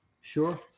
Sure